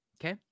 okay